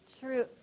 true